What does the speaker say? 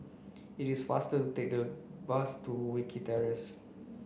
it is faster take the bus to Wilkie Terrace